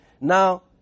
Now